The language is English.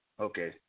Okay